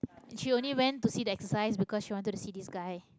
she only went to see the exercise because she wanted to see this guy